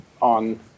on